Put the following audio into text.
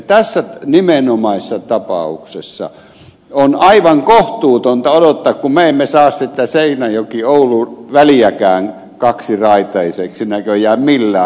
tässä nimenomaisessa tapauksessa on aivan kohtuutonta odottaa sitä kun me emme saa sitä seinäjokioulu väliäkään kaksiraiteiseksi näköjään millään